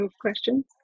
questions